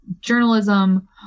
journalism